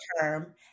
term